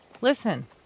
Listen